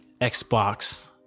Xbox